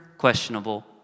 questionable